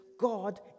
God